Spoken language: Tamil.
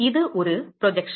இது ஒரு ப்ரொஜெக்ஷன்